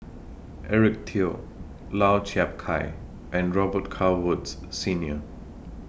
Eric Teo Lau Chiap Khai and Robet Carr Woods Senior